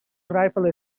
rifle